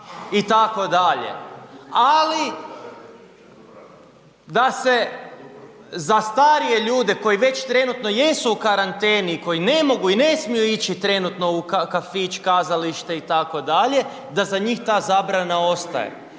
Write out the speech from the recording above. itd., ali da se za starije ljude koji već trenutno jesu u karanteni koji ne mogu i ne smiju ići trenutno u kafić, kazalište itd. da za njih ta zabrana ostaje.